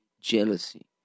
jealousy